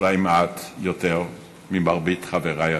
אולי מעט יותר ממרבית חברי הצעירים,